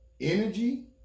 energy